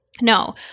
No